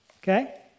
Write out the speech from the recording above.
okay